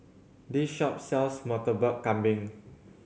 this shop sells Murtabak Kambing